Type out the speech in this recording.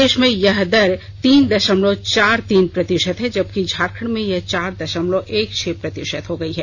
देश में यह दर तीन दशमलव चार तीन प्रतिशत है जबकि झारखंड में यह चार दशमलव एक छह प्रतिशत हो गयी है